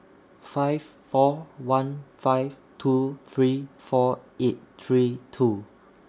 five four one five two three four eight three two